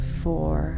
four